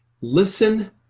listen